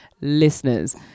listeners